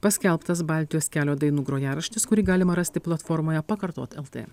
paskelbtas baltijos kelio dainų grojaraštis kurį galima rasti platformoje pakartot lt